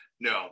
No